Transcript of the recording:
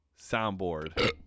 soundboard